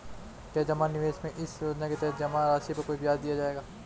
क्या जमा निवेश में इस योजना के तहत जमा राशि पर कोई ब्याज दिया जाएगा?